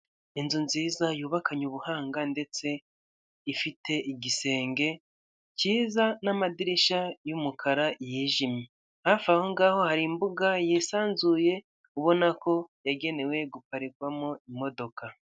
Inzu nziza yubakanye ubuhanga ndetse ifite igisenge kiza n'amadirishya y'umukara y'ijimye, hafi aho ngaho hari imbuga yisanzuye ubona ko yagenewe guparirwamo imodoka.